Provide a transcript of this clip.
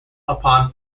upon